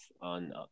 on